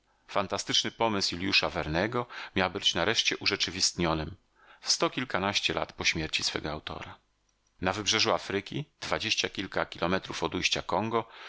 fantastyczny pomysł juliusza vernego miał być nareszcie urzeczywistnionym w sto kilkanaście lat po śmierci swego autora na wybrzeżu afryki dwadzieścia kilka kilometrów od ujścia kongo